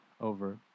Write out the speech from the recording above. over